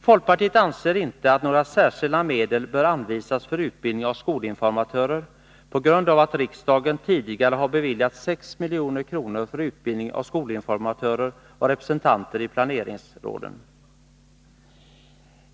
Folkpartiet anser inte att några särskilda medel bör anvisas för utbildning av skolinformatörer, eftersom riksdagen tidigare har beviljat 6 milj.kr. för utbildning av skolinformatörer och representanter i planeringsråden.